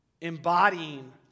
embodying